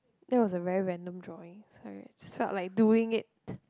that was a very random drawing sorry just felt like doing it